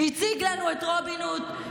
הציג לנו את רובין הוד,